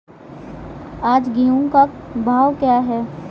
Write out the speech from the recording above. आज गेहूँ का भाव क्या है?